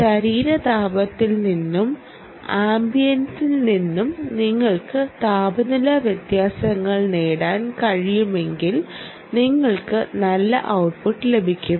ശരീര താപത്തിൽ നിന്നും ആംബിയന്റിൽ നിന്നും നിങ്ങൾക്ക് താപനില വ്യത്യാസങ്ങൾ നേടാൻ കഴിയുമെങ്കിൽ നിങ്ങൾക്ക് നല്ല ഔട്ട്പുട്ട് ലഭിക്കും